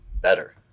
better